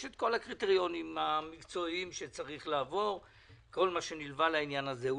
יש את כל הקריטריונים המקצועיים שצריך לעבור וכל מה שנלווה לעניין הזה.